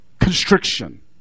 constriction